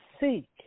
seek